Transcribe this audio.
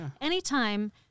Anytime